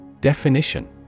Definition